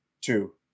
two